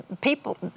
people